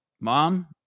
Mom